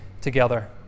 together